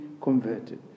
converted